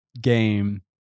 game